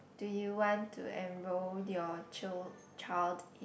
do you want to enroll your child~ child